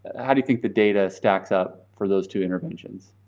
how do you think the data stacks up for those two interventions?